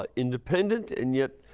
i independt and yet,